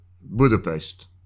Budapest